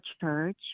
church